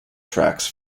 tracks